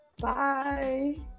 Bye